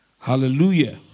Hallelujah